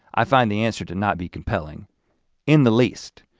i find the answer to not be compelling in the least.